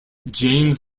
james